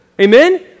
Amen